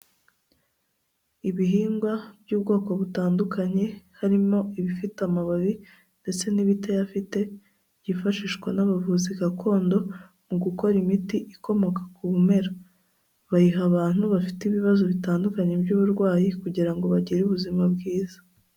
Ibihingwa by'ubwoko butandukanye, harimo ibifite amababi ndetse n'ibitayafite, byifashishwa n'abavuzi gakondo, mu gukora imiti ikomoka ku bimera, bayiha abantu bafite ibibazo bitandukanye by'uburwayi kugira ngo bagire ubuzima bwiza.